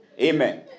Amen